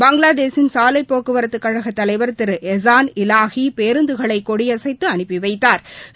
பங்களாதேஷின் சாலை போக்குவரத்துக் கழகத் தலைவர் திரு எசான் இவாஹி பேருந்துகளை கொடியசைத்து அனுப்பி வைத்தாா்